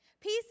Peace